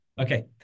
okay